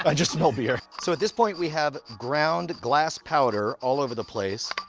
and just smell beer. so at this point, we have ground glass powder all over the place.